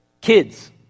Kids